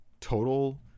total